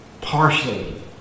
partially